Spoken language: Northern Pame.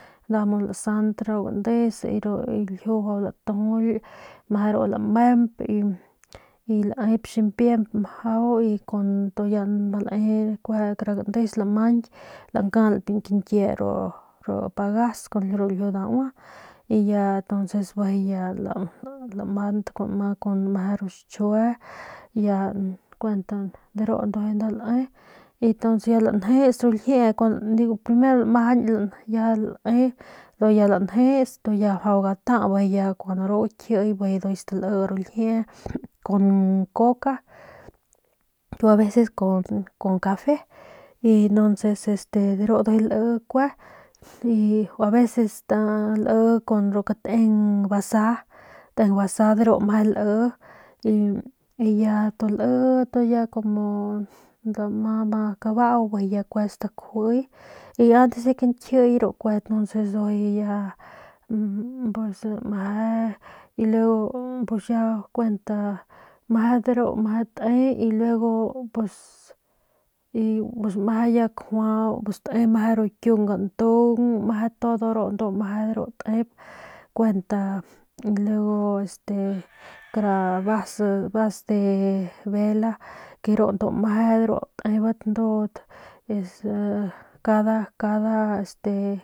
Nda lasant ru gandes ru ljiu latujuly meje ru lamemp y laep ximpiemp mjau y ya lae kara gandes lamañki lankalp kañkie pagas y ru ljiu daua y bijiy ya lamant kuanma kun ru xchjue de ru nda lae lanjesru ljie digo primero lamajañ lae y ya lanjes ya mjau gata ya kun ru gakjiy y stali ru ljiee kun coca o aveces con cafe de ru ndujuy li kue aveces li kun kateng basa li y ya ma kabau kue stakjui y ya y antes de ke nkjiy ya pus meje meje kunta de ru meje te y ya meje kjua ru kiung gantung meje ru ndu meje de ru tep kuenta y luego kara basa vas de vele de ru ndujuy meje ru tebat ndudat es cada este.